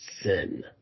Sin